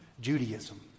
Judaism